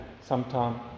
sometime